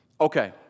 Okay